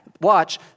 watch